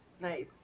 Nice